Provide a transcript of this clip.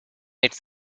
its